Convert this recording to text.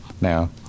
now